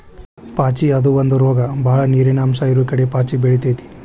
ಪಾಚಿ ಅದು ಒಂದ ರೋಗ ಬಾಳ ನೇರಿನ ಅಂಶ ಇರುಕಡೆ ಪಾಚಿ ಬೆಳಿತೆತಿ